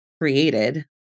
created